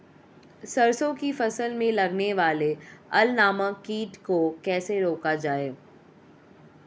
सरसों की फसल में लगने वाले अल नामक कीट को कैसे रोका जाए?